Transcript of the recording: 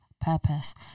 purpose